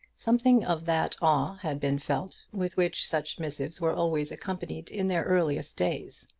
something of that awe had been felt with which such missives were always accompanied in their earliest days.